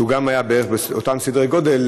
שהיה בערך באותם סדרי גודל,